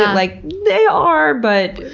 like, they are, but.